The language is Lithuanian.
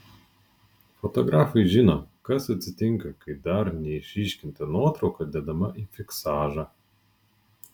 fotografai žino kas atsitinka kai dar neišryškinta nuotrauka dedama į fiksažą